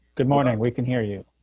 good morning, we can hear you.